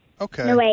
Okay